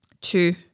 two